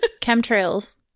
Chemtrails